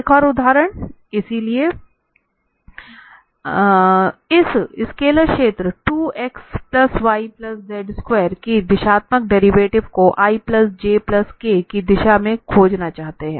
एक और उदाहरण इसलिए इस स्केलर क्षेत्र 2 x y z स्क्वायर के दिशात्मक डेरिवेटिव को i j k की दिशा में खोजना चाहते हैं